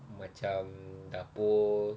macam dapur